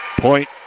point